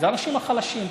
האנשים החלשים.